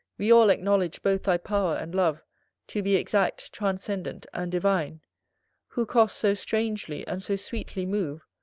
we all acknowledge both thy power and love to be exact, transcendant, and divine who cost so strangely and so sweetly move,